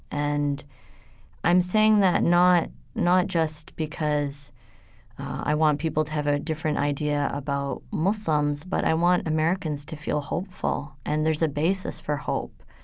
and i'm saying saying that not not just because i want people to have a different idea about muslims, but i want americans to feel hopeful. and there's a basis for hope.